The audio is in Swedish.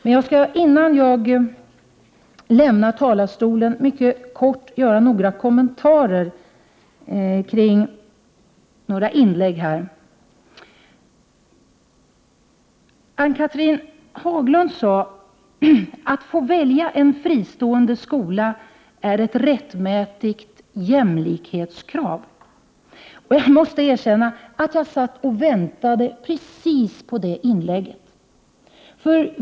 Men innan jag lämnar talarstolen skall jag göra några korta kommentarer till några inlägg i den här debatten. Ann-Cathrine Haglund sade: Att få välja en fristående skola är ett rättmätigt jämlikhetskrav. Jag måste erkänna att jag satt och väntade på det uttalandet.